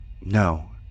No